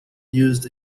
used